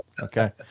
Okay